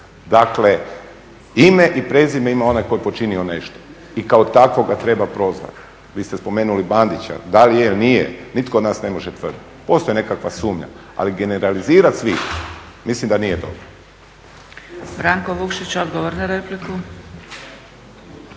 Dakle, ime i prezime ima onaj koji je počinio nešto i kao takvog ga treba prozvati. Vi ste spomenuli Bandića, da li je ili nije nitko od nas ne može tvrditi. Postoje nekakva sumnja ali generalizirat svih mislim da nije dobro.